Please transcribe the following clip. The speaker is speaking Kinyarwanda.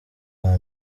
bwa